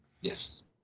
Yes